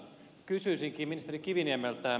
kysyisinkin ministeri kiviniemeltä